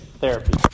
therapy